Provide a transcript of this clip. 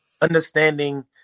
Understanding